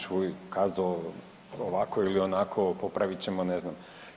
Čuj Kazo ovako ili onako, popravit ćemo, ne znam.